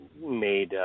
made